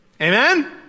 Amen